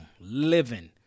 living